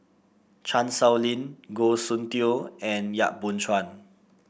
Chan Sow Lin Goh Soon Tioe and Yap Boon Chuan